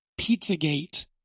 Pizzagate